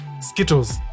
skittles